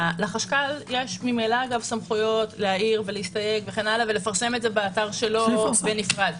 לחשכ"ל יש ממילא סמכויות להעיר ולהסתייג ולפרסם את זה באתר שלו בנפרד.